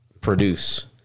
produce